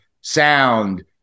sound